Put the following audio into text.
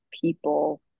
People